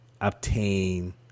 obtain